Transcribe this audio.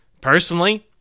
Personally